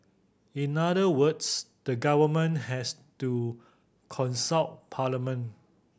in other words the government has to consult parliament